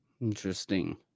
Interesting